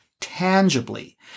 tangibly